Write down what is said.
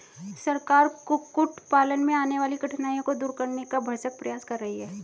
सरकार कुक्कुट पालन में आने वाली कठिनाइयों को दूर करने का भरसक प्रयास कर रही है